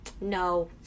No